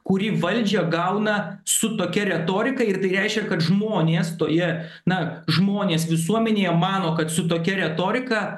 kuri valdžią gauna su tokia retorika ir tai reiškia kad žmonės toje na žmonės visuomenėje mano kad su tokia retorika